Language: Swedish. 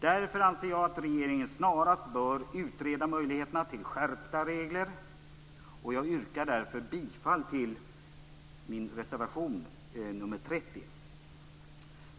Därför anser jag att regeringen snarast bör utreda möjligheterna till skärpta regler, och jag yrkar därför bifall till min reservation nr 30.